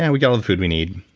and we get all the food we need,